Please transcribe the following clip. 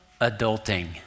adulting